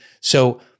So-